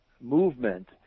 movement